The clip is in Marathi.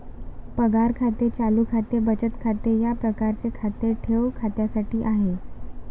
पगार खाते चालू खाते बचत खाते या प्रकारचे खाते ठेव खात्यासाठी आहे